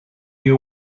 you